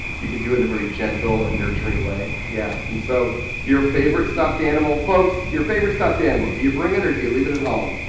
you can do it in a very gentle and nurturing way. yeah. and so your favorite stuffed animal. folks, your favorite stuffed animal do you bring it or do you leave it at home?